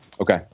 Okay